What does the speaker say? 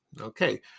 Okay